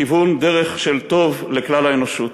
כיוון דרך של טוב לכלל האנושות.